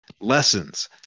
lessons